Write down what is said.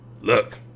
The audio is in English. Look